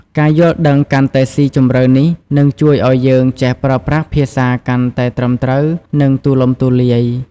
ការយល់ដឹងកាន់តែស៊ីជម្រៅនេះ នឹងជួយឲ្យយើងចេះប្រើប្រាស់ភាសាកាន់តែត្រឹមត្រូវ និងទូលំទូលាយ។